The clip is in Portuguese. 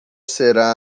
será